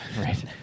right